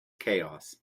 chaos